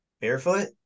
barefoot